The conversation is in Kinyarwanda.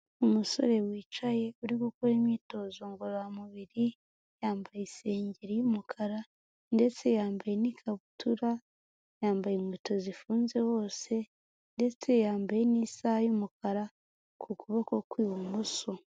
Umusore wicaye uri gukora imyitozo ngororamubiri yambaye isengeri y'umukara ndetse yambaye n'ikabutura, yambaye inkweto zifunze hose ndetse yambaye n'isaha y'umukara ku kuboko kw'ibumoso.